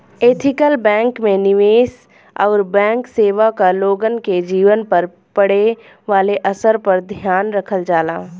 ethical bank में निवेश आउर बैंक सेवा क लोगन के जीवन पर पड़े वाले असर पर ध्यान रखल जाला